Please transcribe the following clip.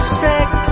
sick